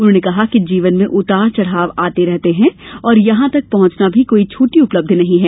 उन्होंने कहा कि जीवन में उतार चढ़ाव आते रहते हैं और यहां तक पहुंचना भी कोई छोटी उपलब्धि नहीं है